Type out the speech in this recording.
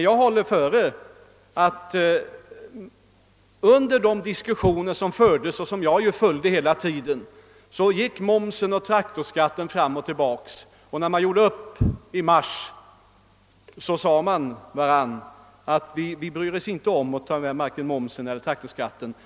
Jag håller före att under de diskussioner som fördes vid prisförhandlingarna 1 våras — och som jag följde hela tiden — gick meningarna om momsen och traktorskatten fram och tillbaka. Men när parterna gjorde upp i mars sade de sig att de inte skulle bry sig om att ta med vare sig momsen eller traktorskatten.